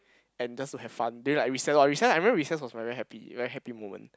and just to have fun then like recess loh recess I remember recess was very happy very happy moment